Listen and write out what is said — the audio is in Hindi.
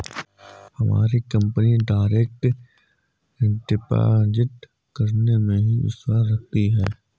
हमारी कंपनी डायरेक्ट डिपॉजिट करने में ही विश्वास रखती है